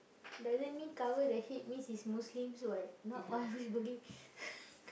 doesn't mean cover the head means it's Muslim what not all everybody